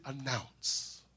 announce